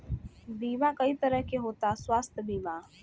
बीमा कई तरह के होता स्वास्थ्य बीमा?